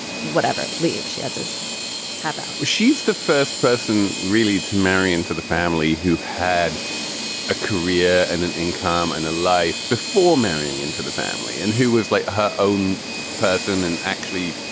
whatever leave she had just tap out she's the first person really to marry into the family who had a career and an income and a life before marrying into the family and who is like her own person and actually,